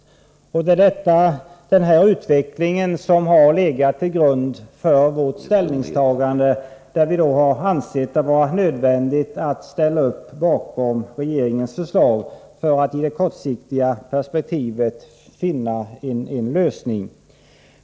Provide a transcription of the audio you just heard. Denna utveckling har legat till grund för vårt ställningstagande, när vi har ansett det vara nödvändigt att ställa upp bakom regeringens förslag för att i det kortsiktiga perspektivet finna en lösning.